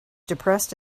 depressed